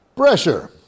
Pressure